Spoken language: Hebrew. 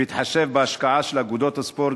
בהתחשב בהשקעה של אגודות הספורט,